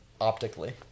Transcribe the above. optically